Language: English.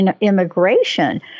immigration